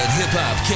hip-hop